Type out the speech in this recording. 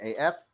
AF